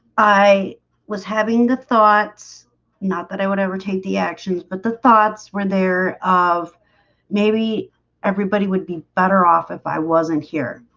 i was having the thoughts not that i would ever take the actions but the thoughts were there of maybe everybody would be better off if i wasn't here.